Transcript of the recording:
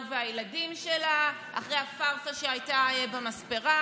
והילדים שלה אחרי הפארסה שהייתה במספרה,